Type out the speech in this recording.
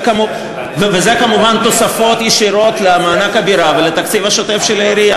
וזה כמובן תוספות ישירות למענק הבירה ולתקציב השוטף של העירייה.